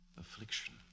affliction